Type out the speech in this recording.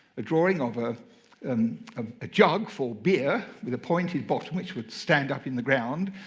a drawing of ah um ah a jug for beer with a pointed bottom, which would stand up in the ground.